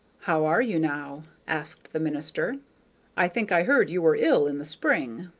how are you now? asked the minister i think i heard you were ill in the spring.